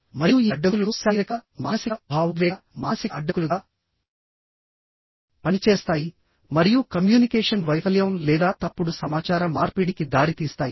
మరియు ఈ అడ్డంకులు శారీరకమానసికభావోద్వేగమానసిక అడ్డంకులుగా పనిచేస్తాయి మరియు కమ్యూనికేషన్ వైఫల్యం లేదా తప్పుడు సమాచార మార్పిడికి దారితీస్తాయి